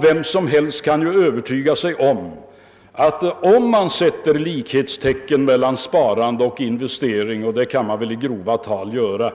Vem som helst kan övertyga sig om att om man sätter likhetstecken mellan sparande och investering, vilket man väl i grova tal kan göra,